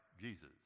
Jesus